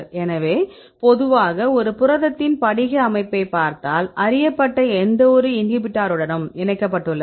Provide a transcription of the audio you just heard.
எனவே பொதுவாக ஒரு புரதத்தின் படிக அமைப்பைப் பார்த்தால் அறியப்பட்ட எந்தவொரு இன்ஹிபிட்டாருடன் பிணைக்கப்பட்டுள்ளது